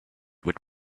would